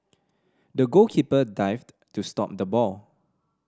the goalkeeper dived to stop the ball